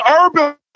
urban